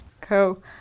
Cool